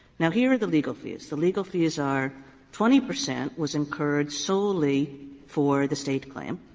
now, here are the legal fees. the legal fees are twenty percent was incurred solely for the state claim,